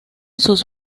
sus